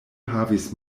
havis